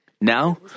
Now